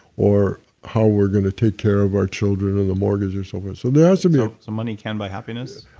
or how we're going to take care of our children, and the mortgages or something, so but so there has to be a money can't buy happiness?